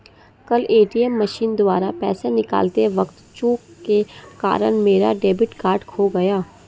कल ATM machine द्वारा पैसे निकालते वक़्त चूक के कारण मेरा डेबिट कार्ड खो गया